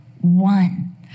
one